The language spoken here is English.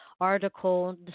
article